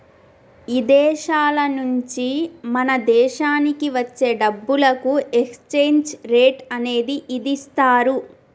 ఇదేశాల నుంచి మన దేశానికి వచ్చే డబ్బులకు ఎక్స్చేంజ్ రేట్ అనేది ఇదిస్తారు